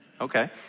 Okay